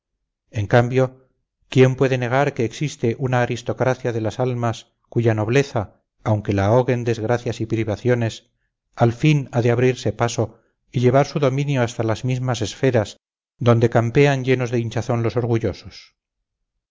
en cambio quién puede negar que existe una aristocracia de las almas cuya nobleza aunque la ahoguen desgracias y privaciones al fin ha de abrirse paso y llevar su dominio hasta las mismas esferas donde campean llenos de hinchazón los orgullosos